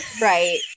Right